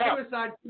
Suicide